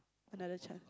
another chance